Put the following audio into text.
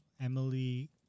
Emily